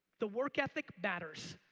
the work ethic matters.